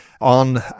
on